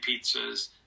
pizzas